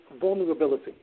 vulnerability